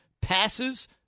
passes